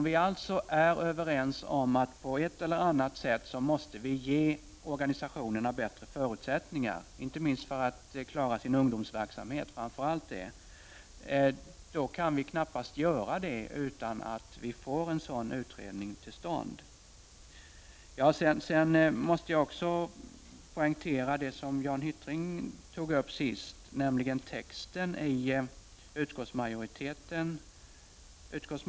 Vi är överens om att vi på ett eller annat sätt måste ge organisationerna bättre förutsättningar, framför allt för att de skall klara sin ungdomsverksamhet. Jag vet inte hur detta skulle gå till utan att vi får en sådan utredning till stånd, Anders Nilsson. Jag måste också poängtera det som Jan Hyttring här senast tog upp, nämligen utskottsmajoritetens skrivning.